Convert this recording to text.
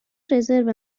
رزرو